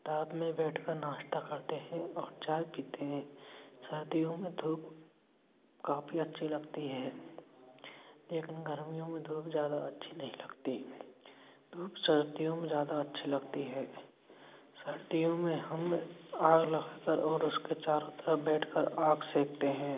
ताप में बैठ कर नाश्ता करते हैं और चाय पीते हैं सर्दियों में धूप काफ़ी अच्छी लगती है लेकिन गर्मियों में धूप ज़्यादा अच्छी नहीं लगती धूप सर्दियों में ज़्यादा अच्छी लगती है सर्दियों में हम आग लगा कर और उसके चारों तरफ बैठकर आग सेंकते हैं